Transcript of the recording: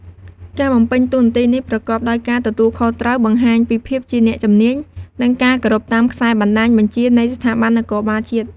ការបំពេញតួនាទីនេះប្រកបដោយការទទួលខុសត្រូវ បង្ហាញពីភាពជាអ្នកជំនាញ និងការគោរពតាមខ្សែបណ្តាញបញ្ជានៃស្ថាប័ននគរបាលជាតិ។